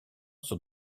son